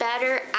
better